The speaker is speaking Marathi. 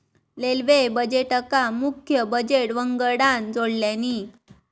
रेल्वे बजेटका मुख्य बजेट वंगडान जोडल्यानी